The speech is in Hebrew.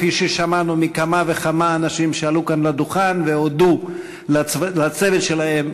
כפי ששמענו מכמה וכמה אנשים שעלו כאן לדוכן והודו לצוות שלהם,